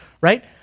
right